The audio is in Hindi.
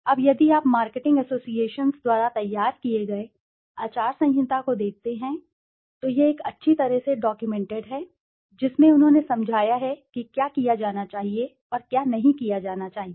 अब यदि आप मार्केटिंग एसोसिएशन्स द्वारा तैयार किए गए आचार संहिता को देखते हैं तो यह एक अच्छी तरह से डॉक्यूमेंटेड है आप जानते हैं अच्छी तरह से डॉक्यूमेंटेड है जिसमें उन्होंने समझाया है कि क्या किया जाना चाहिए और क्या नहीं किया जाना चाहिए